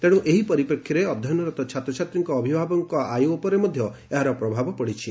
ତେଣୁ ଏହି ପରିପ୍ରେକ୍ଷୀରେ ଅଧ୍ୟୟନରତ ଛାତ୍ରଛାତ୍ରୀଙ୍କ ଅଭିଭାବକଙ୍କ ଆୟ ଉପରେ ମଧ୍ଧ ଏହାର ପ୍ରଭାବ ପଡ଼ିଛି